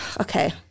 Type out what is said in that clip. Okay